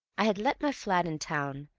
i had let my flat in town,